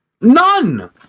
None